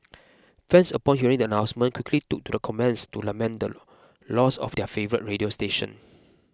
fans upon hearing the announcement quickly took to the comments to lament the loss of their favourite radio station